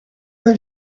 were